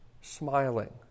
Smiling